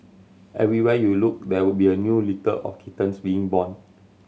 everywhere you looked there would be a new litter of kittens being born